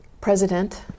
president